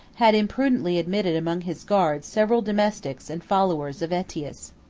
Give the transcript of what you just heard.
had imprudently admitted among his guards several domestics and followers of aetius.